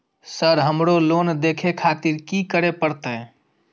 Sir हमरो loan देखें खातिर की करें परतें?